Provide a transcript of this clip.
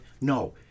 no